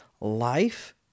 life